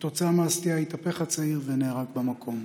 וכתוצאה מהסטייה התהפך הצעיר ונהרג במקום.